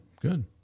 good